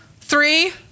three